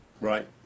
Right